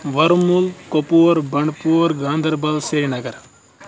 Varmul Kupwara Bandipora Ganderbal Srinagar